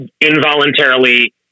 involuntarily